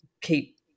keep